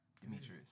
Demetrius